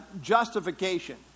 justification